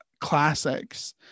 classics